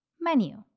Menu